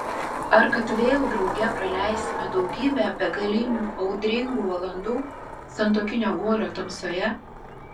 ar kad vėl drauge praleisime daugybę begalinių audringų valandų santuokinio guolio tamsoje